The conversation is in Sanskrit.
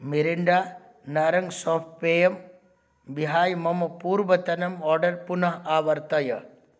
मिरिण्डा नारङ्गं साफ़्ट् पेयम् विहाय मम पूर्वतनम् आर्डर् पुनः आवर्तय